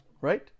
Right